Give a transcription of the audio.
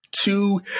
two